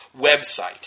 website